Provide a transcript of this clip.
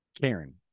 Karen